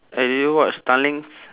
eh do you watch tanglin